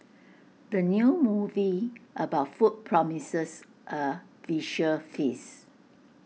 the new movie about food promises A visual feast